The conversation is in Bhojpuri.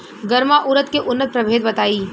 गर्मा उरद के उन्नत प्रभेद बताई?